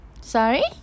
sorry